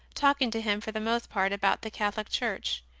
talking to him for the most part about the catholic church,